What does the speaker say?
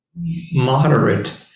moderate